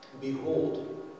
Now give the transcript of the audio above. behold